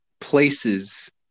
places